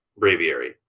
Braviary